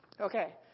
Okay